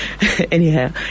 Anyhow